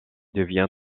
devient